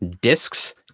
discs